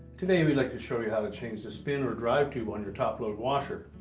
today we'd like to show you how to change the spin or drive tube on your top-load washer.